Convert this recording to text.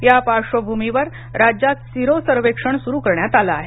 या पार्श्वभूमीवर राज्यात सिरो सर्वेक्षण सुरु करण्यात आलं आहे